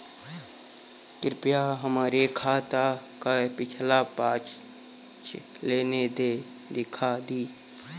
कृपया हमरे खाता क पिछला पांच लेन देन दिखा दी